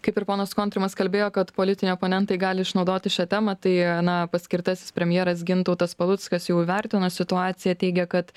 kaip ir ponas kontrimas kalbėjo kad politiniai oponentai gali išnaudoti šią temą tai na paskirtasis premjeras gintautas paluckas jau įvertino situaciją teigė kad